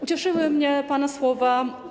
Ucieszyły mnie pana słowa.